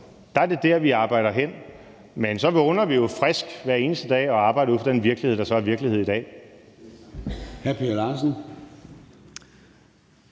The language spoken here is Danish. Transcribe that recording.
er det det, vi arbejder hen imod. Men så vågner vi jo friske hver eneste dag og arbejder ud fra den virkelighed, der så er virkelighed i dag.